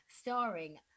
starring